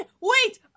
Wait